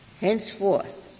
henceforth